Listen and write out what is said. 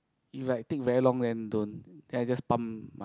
if like take very long then don't then I just pump my